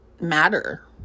matter